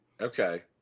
Okay